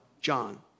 John